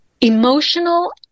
emotional